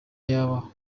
yabaho